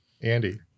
Andy